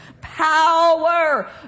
power